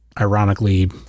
ironically